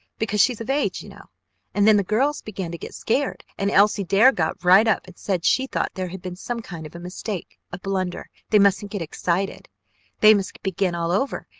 because she's of age, you know and then the girls began to get scared and elsie dare got right up and said she thought there had been some kind of a mistake a blunder they mustn't get excited they must begin all over,